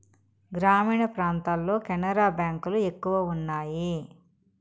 గ్రామీణ ప్రాంతాల్లో కెనరా బ్యాంక్ లు ఎక్కువ ఉన్నాయి